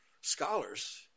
scholars